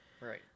Right